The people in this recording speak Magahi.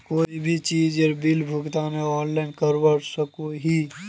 कोई भी चीजेर बिल भुगतान ऑनलाइन करवा सकोहो ही?